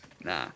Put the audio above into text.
Nah